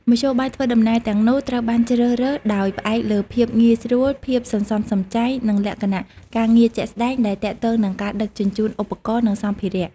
មធ្យោបាយធ្វើដំណើរទាំងនោះត្រូវបានជ្រើសរើសដោយផ្អែកលើភាពងាយស្រួល ភាពសន្សំសំចៃ និងលក្ខណៈការងារជាក់ស្តែងដែលទាក់ទងនឹងការដឹកជញ្ជូនឧបករណ៍និងសម្ភារៈ។